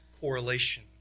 correlation